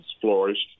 flourished